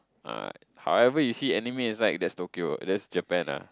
ah however you see anime is like that's Tokyo that's Japan ah